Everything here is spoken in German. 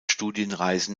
studienreisen